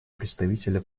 представителя